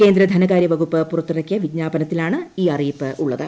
കേന്ദ്ര ധനകാര്യ വകുപ്പ് പുറത്തിറക്കിയ വിജ്ഞാപനത്തിലാണ് ഈ അറിയിപ്പ് ഉള്ളത്